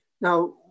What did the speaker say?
Now